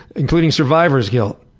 including survivor's guilt.